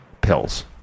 pills